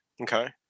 Okay